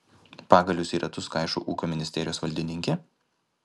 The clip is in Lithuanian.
pagalius į ratus kaišo ūkio ministerijos valdininkė